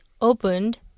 opened